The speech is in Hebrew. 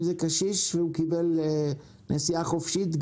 אם זה קשיש והוא קיבל נסיעה חופשית,